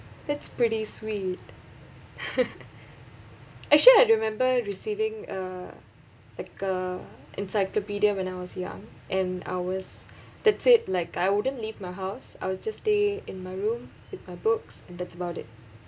that's pretty sweet actually I remember receiving a like a encyclopedia when I was young and I was that's it like I wouldn't leave my house I'll just stay in my room with my books and that's about it